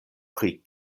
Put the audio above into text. pri